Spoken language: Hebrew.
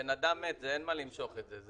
בן אדם מת, אין מה למשוך את זה.